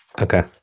Okay